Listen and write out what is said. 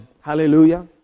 Hallelujah